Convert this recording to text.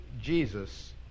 Jesus